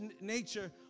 nature